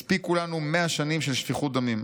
הספיקו לנו 100 שנים של שפיכות דמים,